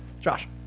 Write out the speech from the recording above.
Josh